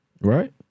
Right